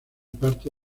parte